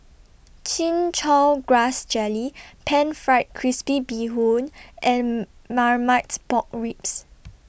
Chin Chow Grass Jelly Pan Fried Crispy Bee Hoon and Marmite Pork Ribs